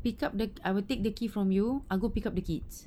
pick up the k~ I will take the key from you I will go pick up the kids